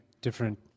different